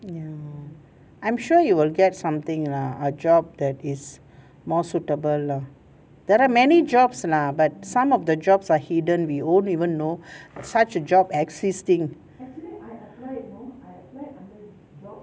ya I'm sure you will get something lah a job that is more suitable lah there are many jobs lah but some of the jobs are hidden we won't even know such a job existing